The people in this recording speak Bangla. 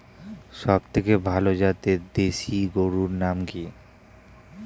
সবথেকে ভালো জাতের দেশি গরুর নাম কি?